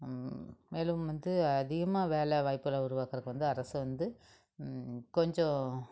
மேலும் வந்து அதிகமாக வேலை வாய்ப்புகளை உருவாக்கிறக்கு வந்து அரசு வந்து கொஞ்சம்